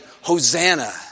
Hosanna